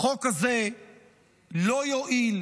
לא יועיל,